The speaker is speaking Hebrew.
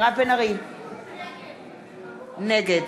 נגד